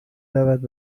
رود